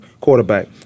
Quarterback